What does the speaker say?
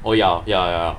oh ya ya ya